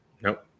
Nope